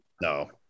No